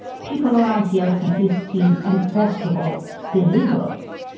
people around yeltsin, his team and first of all the liberals,